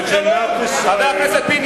מדינת ישראל, למה הם באו?